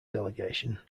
delegation